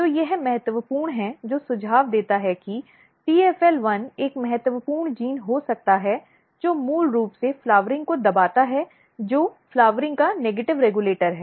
तो यह महत्वपूर्ण है जो सुझाव देता है कि TFL1 एक महत्वपूर्ण जीन हो सकता है जो मूल रूप से फ्लावरिंग को दबाता है जो फ्लावरिंग का नेगॅटिव़ रेगुलेटर है